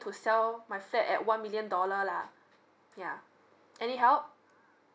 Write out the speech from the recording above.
to sell my flat at one million dollar lah yeah any help